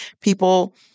people